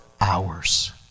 hours